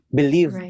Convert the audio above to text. believe